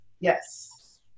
Yes